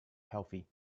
healthy